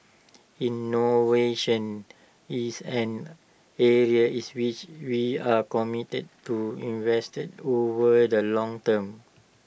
innovation is an area is which we are committed to invested over the long term